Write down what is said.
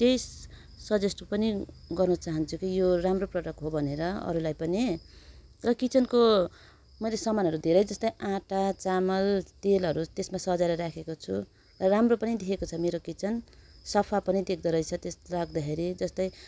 त्यही सजेस्ट पनि गर्न चाहन्छु कि यो राम्रो प्रडक्ट हो भनेर अरूलाई पनि र किचनको मैले सामानहरू धेरै जस्तो आटा चामल तेलहरू त्यसमा सजाएर राखेको छु राम्रो पनि देखेको छ मेरो किचन सफा पनि देख्दोरहेछ त्यस्तो राख्दाखेरि जस्तै